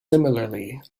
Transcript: similarly